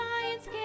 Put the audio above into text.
science